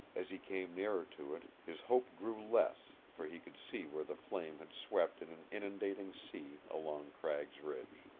as he came nearer to it his hope grew less for he could see where the flames had swept in an inundating sea along cragg's ridge.